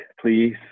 please